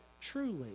truly